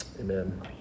Amen